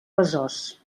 besòs